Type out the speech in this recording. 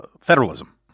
federalism